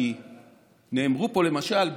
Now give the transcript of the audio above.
כי נאמרו פה למשל,